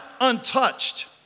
untouched